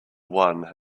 one